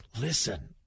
Listen